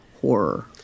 horror